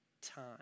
time